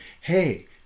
Hey